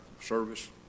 service